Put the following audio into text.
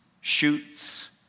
shoots